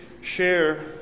share